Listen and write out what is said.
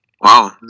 Wow